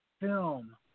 film